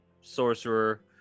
sorcerer